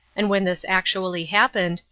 and when this actually happened,